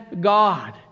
God